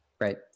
Right